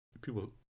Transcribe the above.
people